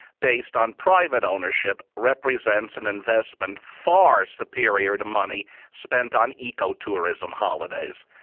based on private ownership represents an investment far superior to money spent on eco-tourism holidays.